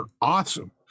awesome